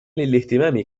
للإهتمام